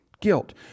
Guilt